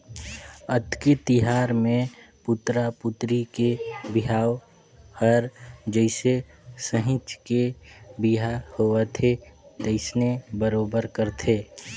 अक्ती तिहार मे पुतरा पुतरी के बिहाव हर जइसे सहिंच के बिहा होवथे तइसने बरोबर करथे